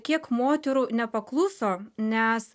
kiek moterų nepakluso nes